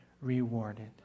rewarded